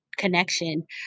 connection